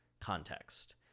context